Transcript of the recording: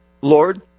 Lord